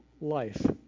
life